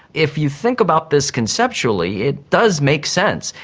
if you think about this conceptually it does make sense.